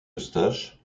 eustache